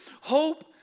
Hope